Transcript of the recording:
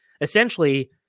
essentially